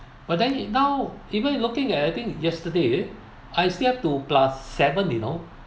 but then it now even looking at it I think yesterday I still have to plus seven you know